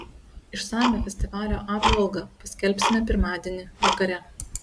išsamią festivalio apžvalgą paskelbsime pirmadienį vakare